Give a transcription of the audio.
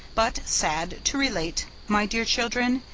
but, sad to relate, my dear children,